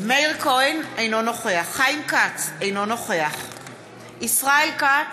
מאיר כהן, אינו נוכח חיים כץ, אינו נוכח ישראל כץ,